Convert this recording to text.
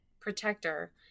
protector